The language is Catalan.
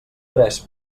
tres